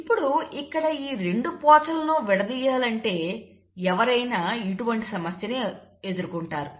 ఇప్పుడు ఇక్కడ ఈ రెండు పోచలను విడదీయాలంటే ఎవరైనా ఇటువంటి సమస్యనే ఎదుర్కొంటారు